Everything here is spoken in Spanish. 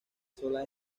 sola